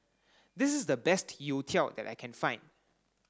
this is the best youtiao that I can find